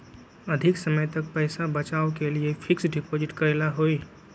अधिक समय तक पईसा बचाव के लिए फिक्स डिपॉजिट करेला होयई?